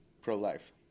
Pro-life